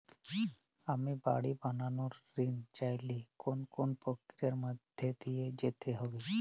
আমি বাড়ি বানানোর ঋণ চাইলে কোন কোন প্রক্রিয়ার মধ্যে দিয়ে যেতে হবে?